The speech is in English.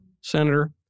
Senator